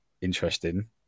interesting